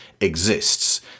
exists